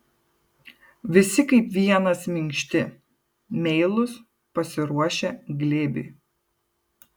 visi kaip vienas minkšti meilūs pasiruošę glėbiui